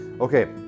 okay